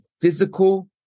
physical